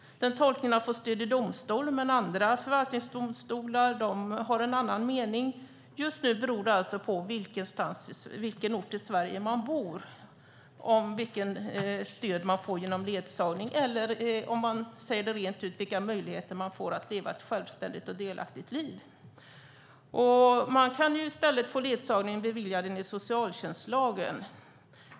Den tolkningen har fått stöd i domstol, men andra förvaltningsdomstolar har en annan mening. Just nu beror det alltså på i vilken ort i Sverige man bor vilket stöd man får genom ledsagning eller, för att säga det rent ut, vilka möjligheter man får att leva ett självständigt och delaktigt liv. Man kan i stället få ledsagning beviljad enligt socialtjänstlagen.